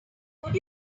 would